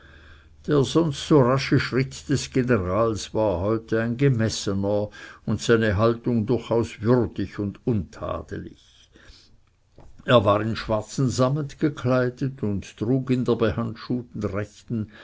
der sonst so rasche schritt des generals war heute ein gemessener und seine haltung durchaus würdig und untadelig er war in schwarzen sammet gekleidet und trug in der behandschuhten rechten